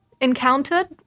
encountered